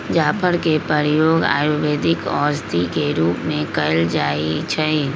जाफर के प्रयोग आयुर्वेदिक औषधि के रूप में कएल जाइ छइ